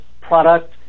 product